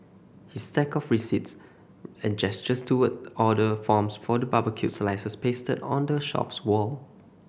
his stack of receipts and gestures towards order forms for the barbecued slices pasted on the shop's wall